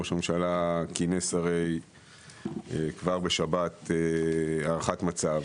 ראש הממשלה כינס כבר בשבת הערכת מצב.